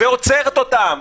ועוצרת אותם.